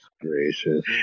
Gracious